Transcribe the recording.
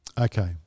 Okay